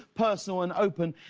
personal and open.